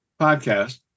podcast